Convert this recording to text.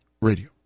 Radio